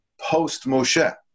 post-Moshe